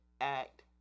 act